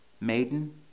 Maiden